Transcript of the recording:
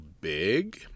big